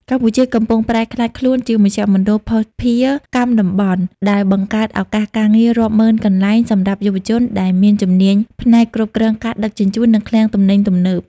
កម្ពុជាកំពុងប្រែក្លាយខ្លួនជាមជ្ឈមណ្ឌលភស្តុភារកម្មតំបន់ ដែលបង្កើតឱកាសការងាររាប់ម៉ឺនកន្លែងសម្រាប់យុវជនដែលមានជំនាញផ្នែកគ្រប់គ្រងការដឹកជញ្ជូន និងឃ្លាំងទំនិញទំនើប។